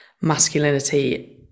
masculinity